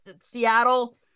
Seattle